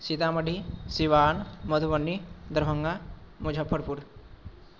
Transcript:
Sitamarhi Siwan Madhubani Darbhanga Muzaffarpur